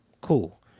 Cool